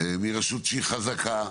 מי רשות שהיא חזקה.